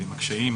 עם הקשיים.